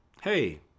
hey